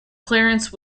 clarence